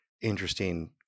interesting